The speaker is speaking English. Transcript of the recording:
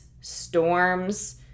storms